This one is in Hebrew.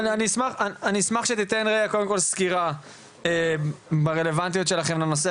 אני אשמח שתיתן קודם כל סקירה ברלוונטיות שלכם לנושא